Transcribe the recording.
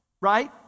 right